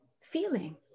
feeling